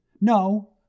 No